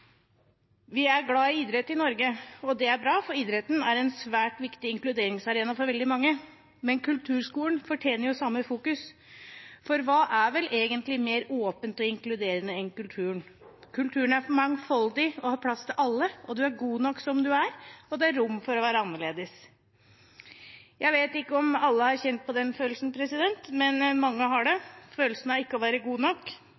Vi er glad i idrett i Norge, og det er bra, for idretten er en svært viktig inkluderingsarena for veldig mange, men kulturskolen fortjener samme fokus, for hva er vel egentlig mer åpent og inkluderende enn kulturen? Kulturen er mangfoldig og har plass til alle. En er god nok som man er, og det er rom for å være annerledes. Jeg vet ikke om alle har kjent på den følelsen av ikke å være god nok, men mange har det.